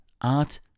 art